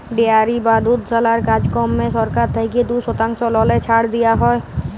dairy বা দুধশালার কাজকম্মে সরকার থ্যাইকে দু শতাংশ ললে ছাড় দিয়া হ্যয়